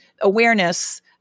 awareness